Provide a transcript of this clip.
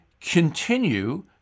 continue